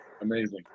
Amazing